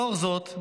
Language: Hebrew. לאור זאת,